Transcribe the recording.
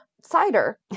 cider